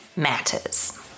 matters